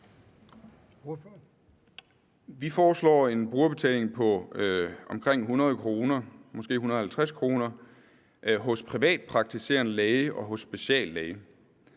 Vi foreslår en brugerbetaling på omkring 100 kr., måske 150 kr., hos privatpraktiserende læger og hos speciallæger.